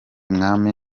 mwami